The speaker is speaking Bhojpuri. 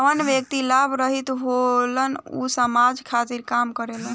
जवन व्यक्ति लाभ रहित होलन ऊ समाज खातिर काम करेलन